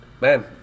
man